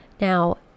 Now